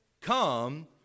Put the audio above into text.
come